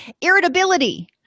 Irritability